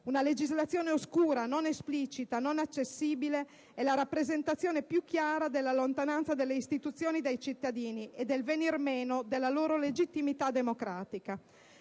Una legislazione oscura, non esplicita, non accessibile è la rappresentazione più chiara della lontananza delle istituzioni dai cittadini e del venir meno della loro legittimità democratica.